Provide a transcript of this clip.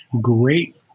great